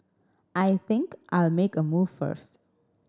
I think I'll make a move first